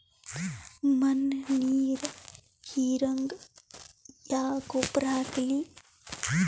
ಮಣ್ಣ ನೀರ ಹೀರಂಗ ಯಾ ಗೊಬ್ಬರ ಹಾಕ್ಲಿ?